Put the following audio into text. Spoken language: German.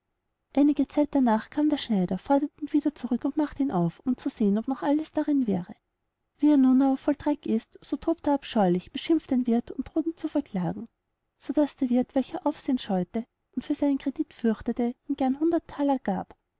einige zeit darnach kam der schneider forderte ihn wieder zurück und machte ihn auf um zu sehen ob noch alles darin wäre wie er nun aber voll dreck ist so tobte er abscheulich beschimpfte den wirth und drohte ihn zu verklagen so daß der wirth welcher aufsehen scheute und für seinen credit fürchtete ihm gern hundert thaler gab